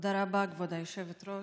תודה רבה, כבוד היושבת-ראש.